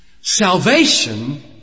Salvation